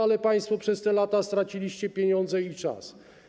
Ale państwo przez te lata straciliście pieniądze i czas.